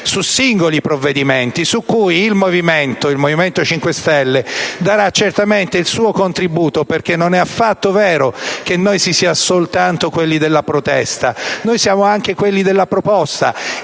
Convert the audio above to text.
su singoli provvedimenti, su cui il Movimento 5 Stelle darà certamente il suo contributo. Non è affatto vero, infatti, che noi siamo soltanto quelli della protesta; noi siamo anche quelli della proposta